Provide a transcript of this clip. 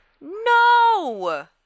No